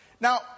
now